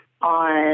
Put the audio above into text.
on